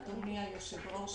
אדוני היושב ראש,